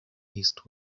east